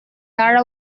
tara